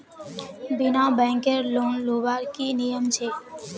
बिना बैंकेर लोन लुबार की नियम छे?